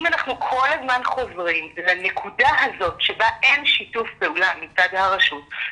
אם אנחנו כל הזמן חוזרים לנקודה הזאת שבה אין שיתוף פעולה מצד הרשות,